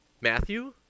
Matthew